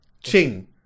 Ching